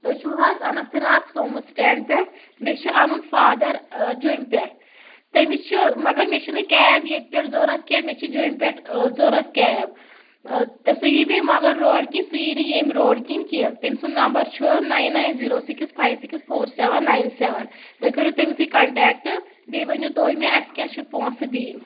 تُہۍ چھِو حظ اننت ناگ سوموٗ سٹینٛڈ پؠٹھ مےٚ چھُ اَنُن فادر جوٚمہِ پؠٹھ تٔمِس چھُ مگر مےٚ چھِ نہٕ کَیب ییٚتہِ پؠٹھ ضوٚرَتھ کینٛہہ مےٚ چھِ جوٚمہِ پؠٹھ ضوٚرَتھ کَیب تہٕ سُے یی بیٚیہِ مگر روڈ کِنۍ سُے یی نہٕ ییٚمۍ روڈ کِنۍ کیٚنٛہہ تٔمۍ سُنٛد نمبر چھُ nine nine zero six five six four seven nine seven تُہۍ کٔرِو تٔمِسٕے کَنٹیکٹہٕ بیٚیہِ ؤنِو تُہۍ مےٚ اَسہِ کیاہ چھُ پونٛسہٕ دِنۍ